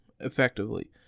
effectively